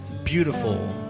beautiful,